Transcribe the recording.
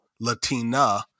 Latina